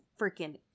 freaking